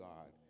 God